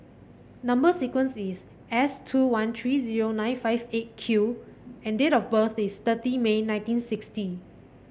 number sequence is S two one three zero nine five Eight Q and date of birth is thirty May nineteen sixty